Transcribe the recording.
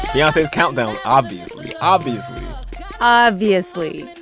beyonce's countdown, obviously obviously obviously.